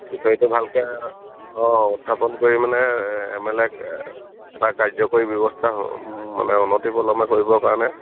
বিষয়টো ভালকে অঁ উত্থাপন কৰি মানে এম এল এক এটা কাৰ্যকৰী ব্যৱস্থা মানে অনতি পলমে কৰিবৰ কাৰণে